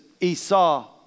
Esau